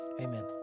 Amen